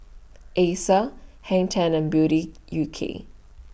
Acer Hang ten and Beauty U K